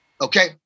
Okay